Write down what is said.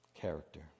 character